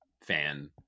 fan